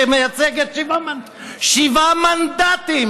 שמייצגת שבעה מנדטים,